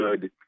good